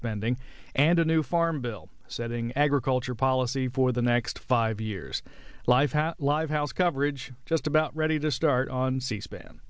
spending and a new farm bill setting agriculture policy for the next five years live happy lives house coverage just about ready to start on c span